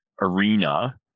arena